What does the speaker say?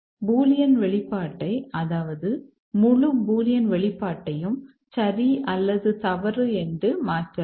Boolean வெளிப்பாட்டை அதாவது முழு பூலியன் வெளிப்பாட்டையும் சரி அல்லது தவறு என்று மாற்றலாம்